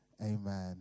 amen